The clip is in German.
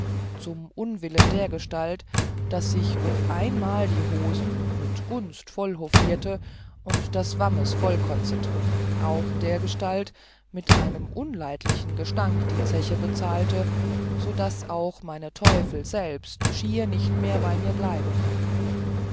zum unwillen dergestalt daß ich uf einmal die hosen mit gunst vollhofierte und das wammes vollkotzete auch dergestalt mit einem unleidlichen gestank die zeche bezahlte also daß auch meine teufel selbst schier nicht mehr bei mir bleiben konnten